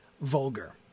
vulgar